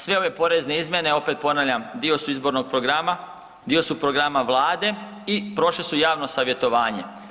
Sve ove porezne izmjene opet ponavljam dio su izbornog programa, dio su programa Vlade i prošle su javno savjetovanje.